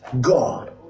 God